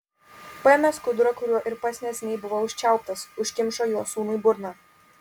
paėmė skudurą kuriuo ir pats neseniai buvo užčiauptas užkimšo juo sūnui burną